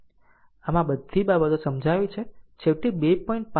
આમ આ બધી બાબતો સમજાવી છે છેવટે 2